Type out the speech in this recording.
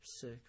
sick